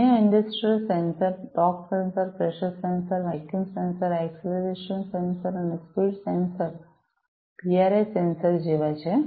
અન્ય industrial sensor torque sensor pressure sensor vacuum sensor acceleration sensor speed sensor PIR sensor જેવા છે